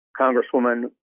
congresswoman